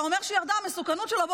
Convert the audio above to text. איך אתה אומר שירדה המסוכנות שלו?